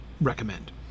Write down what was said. recommend